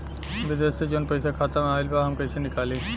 विदेश से जवन पैसा खाता में आईल बा हम कईसे निकाली?